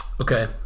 Okay